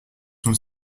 son